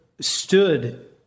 stood